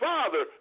Father